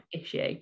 issue